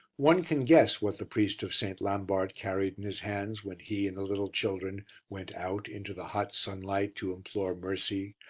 one can guess what the priest of st. lambart carried in his hands when he and the little children went out into the hot sunlight to implore mercy,